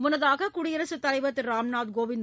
முன்னதாக குடியரசுத்தலைவர் திரு ராம்நாத் கோவிந்த்